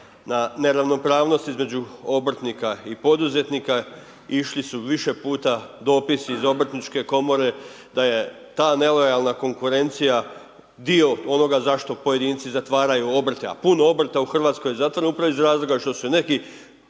na neravnopravnost između obrtnika i poduzetnika. Išli su više puta dopisi i obrtničke komore da je ta nelojalna konkurencija dio onoga za što pojedinci zatvaraju obrte. A puno obrta je u Hrvatskoj zatvoreno upravo iz razloga što su neki